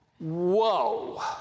Whoa